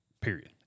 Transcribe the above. Period